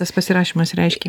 tas pasirašymas reiškia